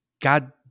god